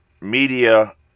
media